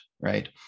Right